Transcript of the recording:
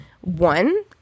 one